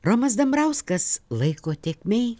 romas dambrauskas laiko tėkmėj